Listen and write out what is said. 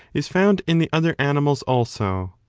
is found in the other animals also,